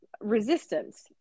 resistance